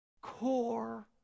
core